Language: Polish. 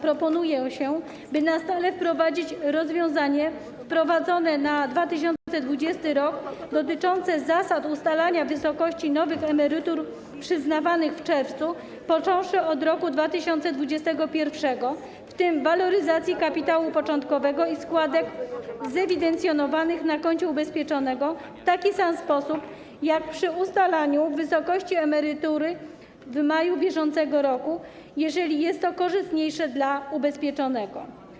Proponuje się, by na stałe wprowadzić rozwiązanie przyjęte na 2020 r. dotyczące zasad ustalania wysokości nowych emerytur przyznawanych w czerwcu, począwszy od roku 2021, w tym waloryzacji kapitału początkowego i składek zewidencjonowanych na koncie ubezpieczonego w taki sam sposób jak przy ustalaniu wysokości emerytury w maju br., jeżeli jest to korzystniejsze dla ubezpieczonego.